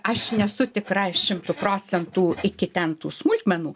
aš nesu tikra šimtu procentų iki ten tų smulkmenų